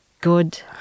good